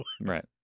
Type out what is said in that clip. Right